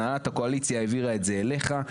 הנהלת הקואליציה העבירה את זה אליך,